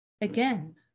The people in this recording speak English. Again